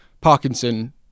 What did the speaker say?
Parkinson